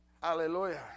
Hallelujah